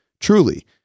truly